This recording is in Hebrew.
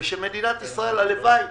ושמדינת ישראל הלוואי